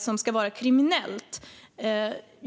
som ska vara kriminellt i sådana här informella äktenskap.